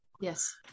Yes